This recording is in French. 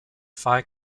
faire